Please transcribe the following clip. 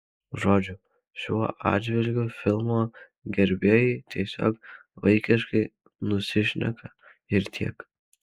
žodžiu šiuo atžvilgiu filmo gerbėjai tiesiog vaikiškai nusišneka ir tiek